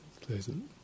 pleasant